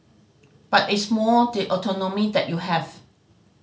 but it's more the autonomy that you have